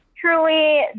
Truly